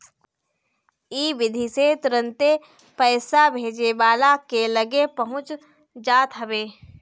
इ विधि से तुरंते पईसा भेजे वाला के लगे पहुंच जात हवे